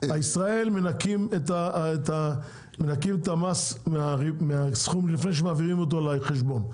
בישראל מנכים את המס מהסכום לפני שמעבירים אותו לחשבון,